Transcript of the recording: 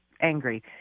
angry